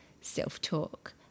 self-talk